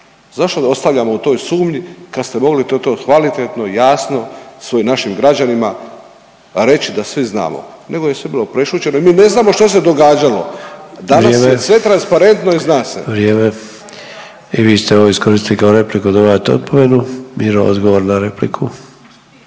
zašto da ostavljamo u toj sumnji kad ste mogli to kvalitetno, jasno našim građanima reći da svi znamo, nego je sve bilo prešućeno i mi ne znamo što se događalo. …/Upadica Sanader: Vrijeme./… Danas je sve transparentno i zna se. **Sanader, Ante (HDZ)** I vi ste ovo iskoristili kao repliku. Dobivate opomenu. Miro odgovor na repliku.